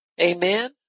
Amen